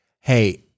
Hey